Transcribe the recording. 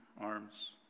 arms